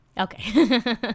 Okay